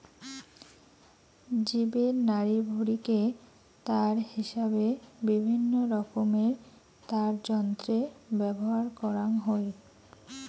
জীবের নাড়িভুঁড়িকে তার হিসাবে বিভিন্নরকমের তারযন্ত্রে ব্যবহার করাং হই